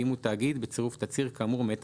ואם הוא תאגיד בצירוף תצהיר כאמור מאת